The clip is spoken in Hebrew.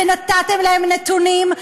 ונתתם להם נתונים,